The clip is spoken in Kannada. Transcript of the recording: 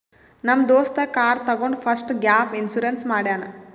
ನಮ್ ದೋಸ್ತ ಕಾರ್ ತಗೊಂಡ್ ಫಸ್ಟ್ ಗ್ಯಾಪ್ ಇನ್ಸೂರೆನ್ಸ್ ಮಾಡ್ಯಾನ್